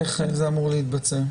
איך זה אמור להתבצע?